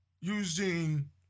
using